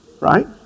right